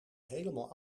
helemaal